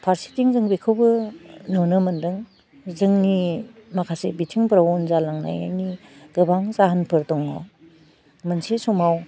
फारसेथिं जों बेखौबो नुनो मोन्दों जोंनि माखासे बिथिंफ्राव उन जालांनायनि गोबां जाहोनफोर दङ मोनसे समाव